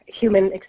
human